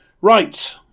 Right